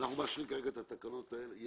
אנחנו מאשרים כרגע את התקנות האלה?